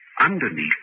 underneath